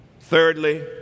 Thirdly